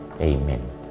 Amen